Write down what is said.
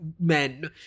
men